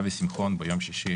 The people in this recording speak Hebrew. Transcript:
אבי שמחון ביום שישי